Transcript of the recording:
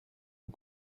aux